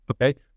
Okay